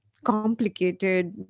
complicated